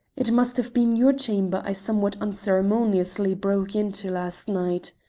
it must have been your chamber i somewhat unceremoniously broke into last night.